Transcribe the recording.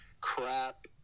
crap